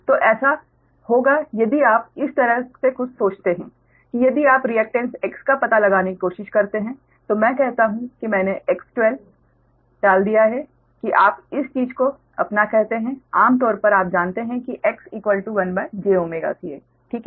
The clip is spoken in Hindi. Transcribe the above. तो ऐसा होगा यदि आप इस तरह से कुछ सोचते हैं कि यदि आप रिएकटेन्स X का पता लगाने की कोशिश करते हैं तो मैं कहता हूं कि मैंने X12 डाल दिया है कि आप इस चीज़ को अपना कहते हैं आम तौर पर आप जानते हैं कि X1jC ठीक है